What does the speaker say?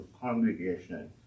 congregation